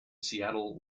seattle